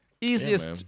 Easiest